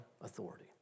authority